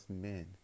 men